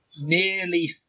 Nearly